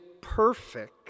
perfect